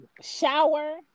shower